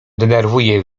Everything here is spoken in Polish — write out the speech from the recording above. denerwuje